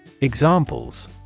Examples